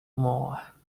more